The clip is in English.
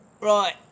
Right